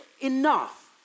enough